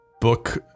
book